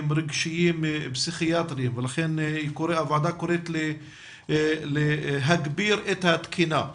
רגשיים פסיכיאטריים ולכן הוועדה קוראת להגביר את התקינה,